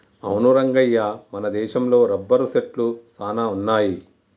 అవును రంగయ్య మన దేశంలో రబ్బరు సెట్లు సాన వున్నాయి